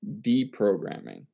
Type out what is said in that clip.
deprogramming